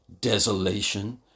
Desolation